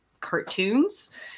cartoons